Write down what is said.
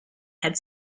had